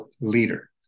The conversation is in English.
leader